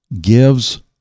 gives